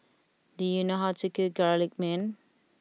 do you know how to cook Garlic Naan